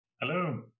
Hello